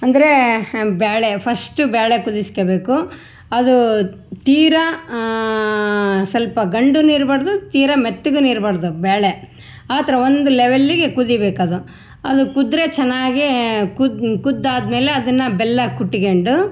ಅಂದರೆ ಬೇಳೆ ಫಷ್ಟು ಬೇಳೆ ಕುದಿಸ್ಕೋಬೇಕು ಅದು ತೀರಾ ಸ್ವಲ್ಪ ಗಂಟು ಇರಬಾರ್ದು ತೀರ ಮೆತ್ತಗು ಇರಬಾರ್ದು ಬೇಳೆ ಆ ಥರ ಒಂದು ಲೆವೆಲ್ಲಿಗೆ ಕುದಿಬೇಕು ಅದು ಅದು ಕುದ್ದರೆ ಚೆನ್ನಾಗೀ ಕುದ್ದು ಕುದ್ದು ಆದಮೇಲೆ ಅದನ್ನು ಬೆಲ್ಲ ಕುಟ್ಕೊಂಡು